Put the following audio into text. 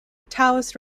taoist